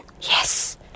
Yes